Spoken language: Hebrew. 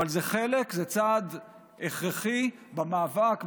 אבל זה צעד הכרחי במאבק.